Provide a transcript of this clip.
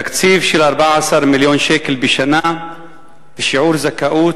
תקציב של 14 מיליון שקל בשנה ושיעור זכאות